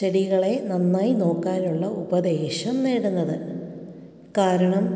ചെടികളെ നന്നായി നോക്കാനുള്ള ഉപദേശം നേടുന്നത് കാരണം